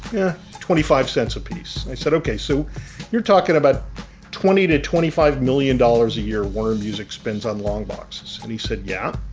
yeah twenty five cents a piece. i said, okay. so you're talking about twenty to twenty five million dollars a year. warner music spends on long boxes. and he said, yeah.